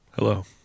Hello